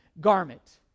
garment